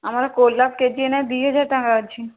ଆମର ଗୋଲାପ କେଜି ଏଇନା ଦୁଇ ହଜାର ଟଙ୍କା ଅଛି